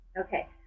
Okay